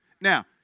Now